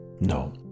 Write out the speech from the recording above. No